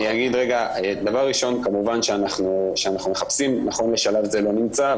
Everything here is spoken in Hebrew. דבר ראשון אנחנו מחפשים, בשלב זה לא נמצא.